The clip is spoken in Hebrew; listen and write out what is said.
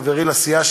חברי לסיעה,